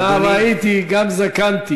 נער הייתי גם זקנתי